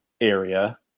area